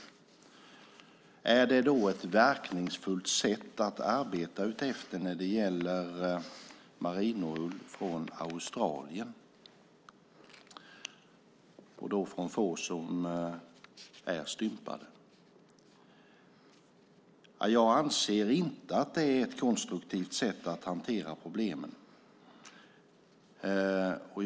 Är det då ett verkningsfullt sätt att arbeta efter när det gäller merinoull från Australien, och då från får som är stympade? Jag anser inte att det är ett konstruktivt sätt att hantera problemen.